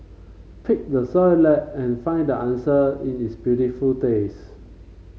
pick the Soy Latte and find the answer in its beautiful taste